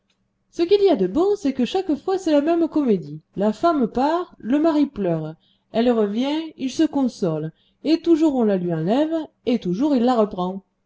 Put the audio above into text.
ce qu'il y a de bon c'est que chaque fois c'est la même comédie la femme part le mari pleure elle revient il se console et toujours on la lui enlève et toujours il la reprend